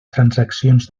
transaccions